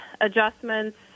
adjustments